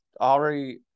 already